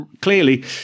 clearly